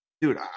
Dude